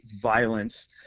violence